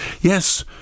Yes